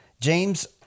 James